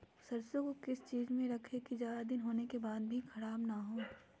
सरसो को किस चीज में रखे की ज्यादा दिन होने के बाद भी ख़राब ना हो?